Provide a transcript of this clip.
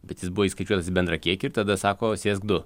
bet jis buvo įskaičiuotas į bendrą kiekį ir tada sako sėsk du